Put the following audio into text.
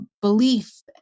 belief